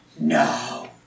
No